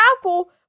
apple